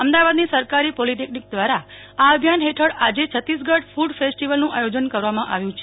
અમદાવાદ ની સરકારી પોલિટેક્નિક દ્વારા આ અભિયાન હેઠળ આવતીકાલે છત્તીસગઢ કૂડ કેસ્ટિવલનું આયોજન કરવામાં આવ્યું છે